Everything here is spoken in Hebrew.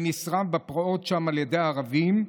שנשרף בפרעות שם על ידי ערבים,